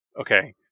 Okay